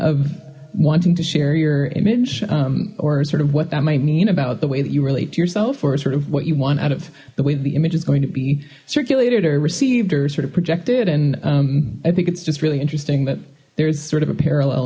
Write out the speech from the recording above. of wanting to share your image or sort of what that might mean about the way that you relate to yourself or sort of what you want out of the way that the image is going to be circulated or received or sort of projected and i think it's just really interesting that there's sort of a parallel